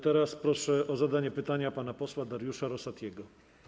Teraz proszę o zadanie pytania pana posła Dariusza Rosatiego.